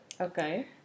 Okay